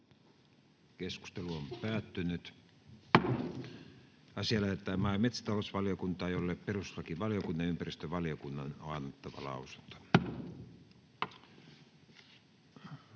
ehdottaa, että asia lähetetään maa- ja metsätalousvaliokuntaan, jolle perustuslakivaliokunnan ja ympäristövaliokunnan on annettava lausunto.